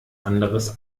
anderes